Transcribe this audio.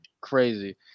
Crazy